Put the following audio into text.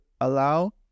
allow